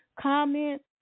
comment